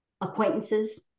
acquaintances